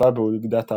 צבא באוגדת עזה,